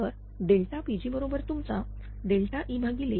तरPg बरोबर तुमचा E1STt